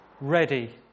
ready